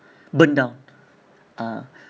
burn down ah